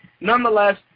nonetheless